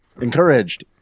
Encouraged